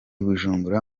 bujumbura